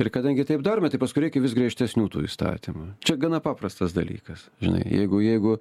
ir kadangi taip darome tai paskui reikia vis griežtesnių tų įstatymų čia gana paprastas dalykas žinai jeigu jeigu